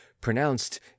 pronounced